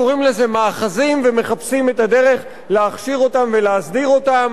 קוראים לזה מאחזים ומחפשים את הדרך להכשיר אותם ולהסדיר אותם.